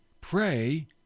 pray